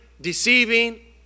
deceiving